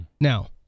Now